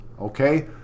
okay